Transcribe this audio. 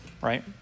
right